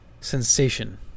sensation